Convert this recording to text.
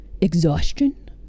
exhaustion